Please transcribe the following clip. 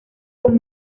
con